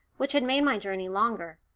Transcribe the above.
which had made my journey longer.